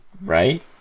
Right